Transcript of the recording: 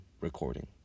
recording